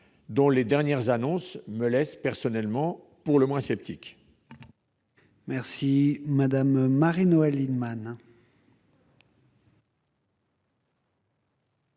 dont les dernières annonces me laissent, personnellement, pour le moins sceptique. La parole est à Mme Marie-Noëlle Lienemann,